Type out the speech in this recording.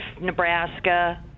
Nebraska